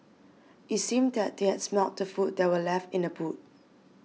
it seemed that they had smelt the food that were left in the boot